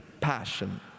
passion